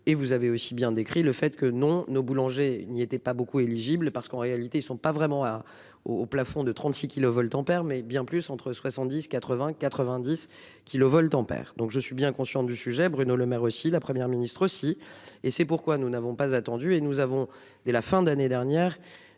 et vous avez aussi bien décrit le fait que non. Nos boulangers, il n'y était pas beaucoup éligible parce qu'en réalité, ils ne sont pas vraiment à, au, au plafond de 36 kilovoltampères mais bien plus entre 70 80 90. Kilovoltampères donc je suis bien conscient du sujet Bruno Lemaire aussi la Première ministre aussi et c'est pourquoi nous n'avons pas attendu et nous avons dès la fin d'année dernière.